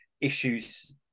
issues